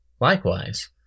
Likewise